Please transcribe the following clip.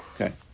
Okay